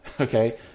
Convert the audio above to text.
okay